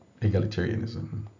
egalitarianism